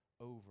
over